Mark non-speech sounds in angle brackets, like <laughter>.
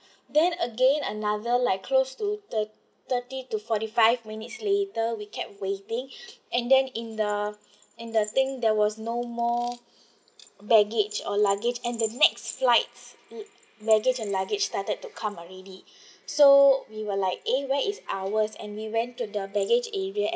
then again another like close to thir~ thirty to forty five minutes later we kept waiting <breath> and then in the in the thing there was no more baggage or luggage and the next flight's baggage and luggage started to come already <breath> so we were like eh where is ours and we went to the baggage area